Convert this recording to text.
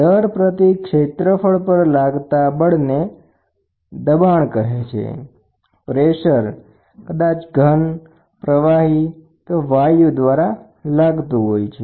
એકમ ક્ષેત્રફળ પર લાગતા બળને દબાણ કહે છે દબાણ કદાચ ઘન પ્રવાહી કે વાયુ દ્વારા લાગતું હોય છે